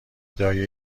دایه